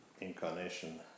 incarnation